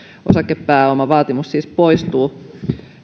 osakepääomavaatimus siis poistuu